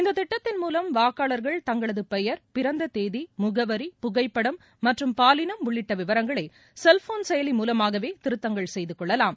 இந்த திட்டத்தின் மூலம் வாக்காளர்கள் தங்களது பெயர் பிறந்த தேதி முகவரி புகைப்படம் மற்றும் பாலினம் உள்ளிட்ட விவரங்களை செல்போன் செயலி மூலமாகவே திருத்தங்கள் செய்து கொள்ளலாம்